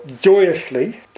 joyously